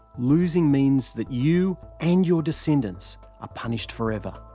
losing means that you and your descendants are punished forever.